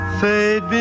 fade